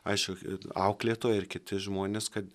aišku auklėtoja ir kiti žmonės kad